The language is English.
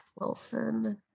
Wilson